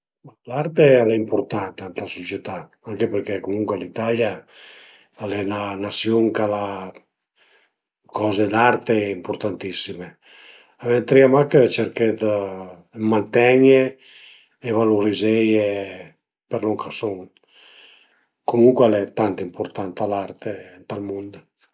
L'arte al e impurtanta ën la sucietà, anche perché comuncue l'Italia al e 'na nasiun ch'al a coze d'arte impurtantissime. A ventarìa mach cerché dë mantenie e valurizeie për lon ch'a sun, comuncue al e tant impurtanta l'art ënt ël mund